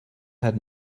had